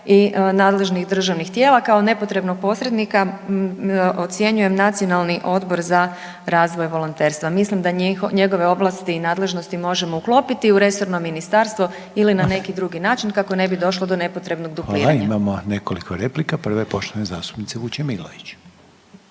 i nadležnih državnih tijela. Kao nepotrebnog posrednika ocjenjujem Nacionalni odbor za razvoj volonterstva. Mislim da njegove ovlasti i nadležnosti možemo uklopiti u resorno ministarstvo ili na neki drugi način kako ne bi došlo do nepotrebnog dupliranja. **Reiner, Željko (HDZ)** Hvala. Imamo nekoliko replika, prva je poštovane zastupnice Vučemilović.